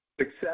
Success